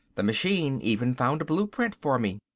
the machine even found a blueprint for me.